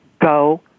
go